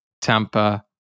Tampa